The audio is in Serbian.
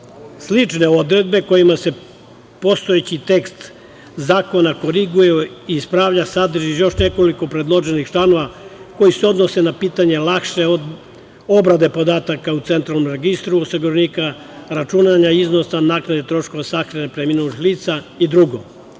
odredbe kojima se postojeći tekst zakona koriguje i ispravlja sadrži još nekoliko predloženih članova koji se odnose na pitanje lakše obrade podataka u Centralnom registru osiguranika, računanje iznosa naknade troškova sahrane preminulih lica i drugo. Sa